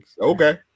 Okay